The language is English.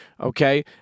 okay